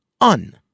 Un